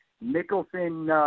Nicholson